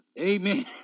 Amen